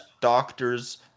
doctor's